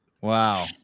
Wow